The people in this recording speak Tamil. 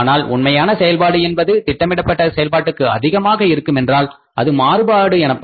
ஆனால் உண்மையான செயல்பாடு என்பது திட்டமிடப்பட்ட செயல்பாட்டுக்கு அதிகமாக இருக்குமென்றால் அது மாறுபாடு எனப்படும்